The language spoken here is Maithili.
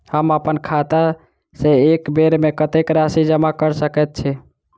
हम अप्पन खाता सँ एक बेर मे कत्तेक राशि जमा कऽ सकैत छी?